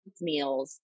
meals